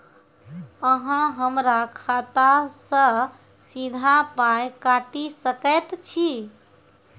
अहॉ हमरा खाता सअ सीधा पाय काटि सकैत छी?